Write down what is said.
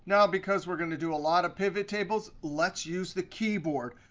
now, because we're going to do a lot of pivottables, let's use the keyboard,